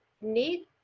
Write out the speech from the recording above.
need